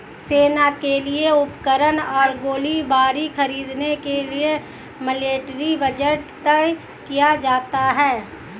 सेना के लिए उपकरण और गोलीबारी खरीदने के लिए मिलिट्री बजट तय किया जाता है